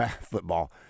football